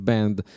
Band